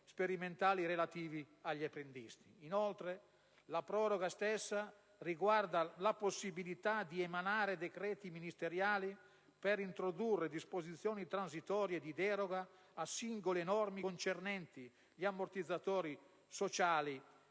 sperimentali relativi agli apprendisti. Inoltre, la stessa proroga riguarda la possibilità di emanare decreti ministeriali per introdurre disposizioni transitorie di deroga a singole norme concernenti gli ammortizzatori sociali